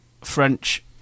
French